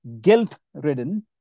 guilt-ridden